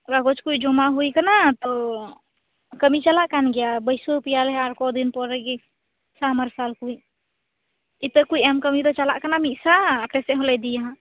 ᱠᱟᱜᱚᱡ ᱠᱚ ᱡᱚᱢᱟ ᱦᱩᱭ ᱟᱠᱟᱱᱟ ᱛᱚ ᱠᱟ ᱢᱤ ᱪᱟᱞᱟᱜ ᱠᱟᱱ ᱜᱮᱭᱟ ᱵᱟ ᱭᱥᱟ ᱣ ᱟᱯᱮᱭᱟᱞᱮ ᱟᱨ ᱠᱚᱫᱤᱱ ᱯᱚᱨᱮᱜᱮ ᱥᱟᱢᱟᱨᱥᱟᱞ ᱠᱚ ᱤᱛᱟ ᱠᱚ ᱮᱢ ᱠᱟ ᱢᱤ ᱫᱚ ᱪᱟᱞᱟᱜ ᱠᱟᱱᱟ ᱢᱤᱫᱥᱟ ᱟᱯᱮᱥᱮᱫ ᱦᱚᱞᱮ ᱤᱫᱤᱭᱟ ᱦᱟᱸᱜ